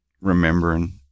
Remembering